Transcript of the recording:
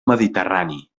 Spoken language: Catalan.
mediterrani